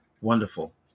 Wonderful